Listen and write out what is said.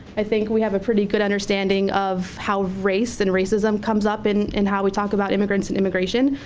i think we have a pretty good understanding of how race and racism comes up in and how we talk about immigrants and immigration.